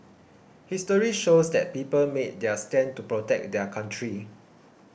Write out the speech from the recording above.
history shows that people made their stand to protect their country